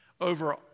over